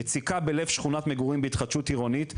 יציקה בלב שכונת מגורים בהתחדשות עירונית,